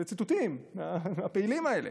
אלה ציטוטים מהפעילים האלה,